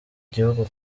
gihugu